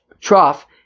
trough